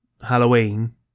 Halloween